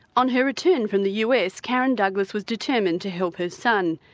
on her return from the us karren douglas was determined to help her son.